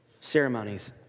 ceremonies